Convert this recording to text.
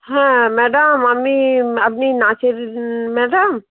হ্যাঁ ম্যাডাম আমি আপনি নাচের ম্যাডাম